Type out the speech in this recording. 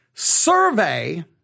Survey